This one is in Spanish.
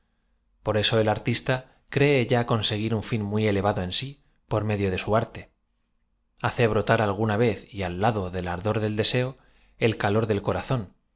por eso el artista cree y a conseguir un fin muy elevado si por mtdio de su arte hace brotar alguna vez y ai lado del ardor del deseo el calor del coraz'd